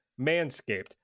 Manscaped